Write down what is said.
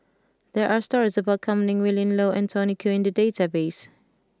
there are stories about Kam Ning Willin Low and Tony Khoo in the database